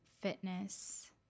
Fitness